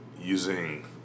using